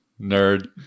Nerd